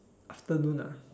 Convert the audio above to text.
afternoon ah